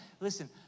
Listen